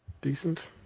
Decent